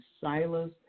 Silas